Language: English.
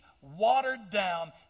watered-down